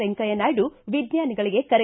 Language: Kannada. ವೆಂಕಯ್ಯ ನಾಯ್ದು ವಿಜ್ಞಾನಿಗಳಿಗೆ ಕರೆ